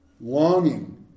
longing